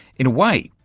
in a way,